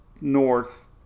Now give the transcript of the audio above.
north